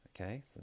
Okay